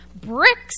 bricks